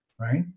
right